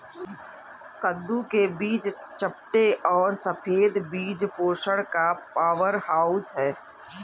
कद्दू के बीज चपटे और सफेद बीज पोषण का पावरहाउस हैं